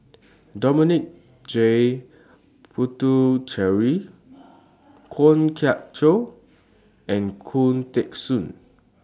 Dominic J Puthucheary Kwok Kian Chow and Khoo Teng Soon